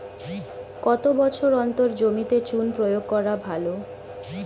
কত বছর অন্তর জমিতে চুন প্রয়োগ করা ভালো?